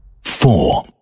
four